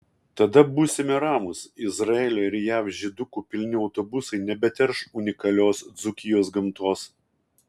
tada būsime ramūs izraelio ir jav žydukų pilni autobusai nebeterš unikalios dzūkijos gamtos